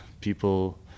people